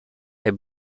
est